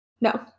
No